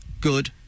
good